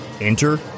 Enter